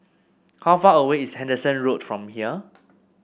how far away is Henderson Road from here